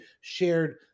shared